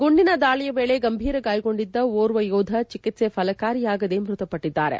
ಗುಂಡಿನ ದಾಳಿಯ ವೇಳೆ ಗಂಭೀರ ಗಾಯಗೊಂಡಿದ್ದ ಓರ್ವ ಯೋಧ ಚಿಕಿತ್ವೆ ಫಲಕಾರಿಯಾಗದೆ ಮೃತಪಟ್ಟದ್ದಾರೆ